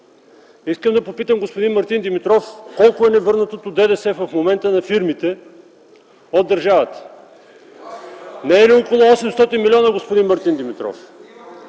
Искам да попитам господин Мартин Димитров колко е невърнатото ДДС в момента на фирмите от държавата? Не са ли около 800 милиона, господин Мартин Димитров?